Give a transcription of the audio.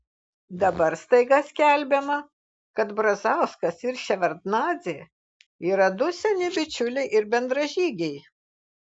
dabar staiga skelbiama kad brazauskas ir ševardnadzė yra du seni bičiuliai ir bendražygiai